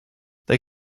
they